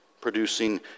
producing